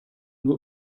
nur